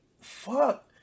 fuck